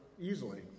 easily